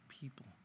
people